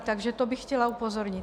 Takže na to bych chtěla upozornit.